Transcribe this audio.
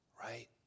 right